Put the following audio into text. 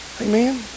Amen